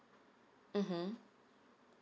mmhmm